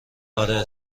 آره